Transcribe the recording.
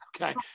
Okay